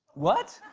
what?